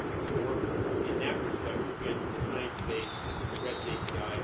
some work in that respect, working against the sciencebase rest api,